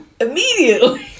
immediately